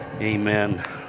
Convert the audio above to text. Amen